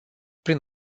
prin